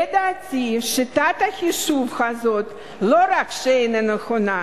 לדעתי, שיטת החישוב הזאת לא רק שאינה נכונה,